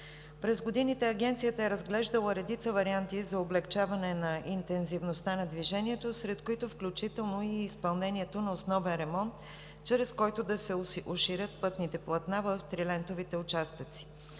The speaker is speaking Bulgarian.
През годините Агенцията е разглеждала редица варианти за облекчаване на интензивността на движението, сред които включително и изпълнението на основен ремонт, чрез който да се уширят пътните платна в трилентовите участъци.